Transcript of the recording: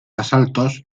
asaltos